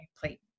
plate